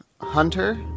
Hunter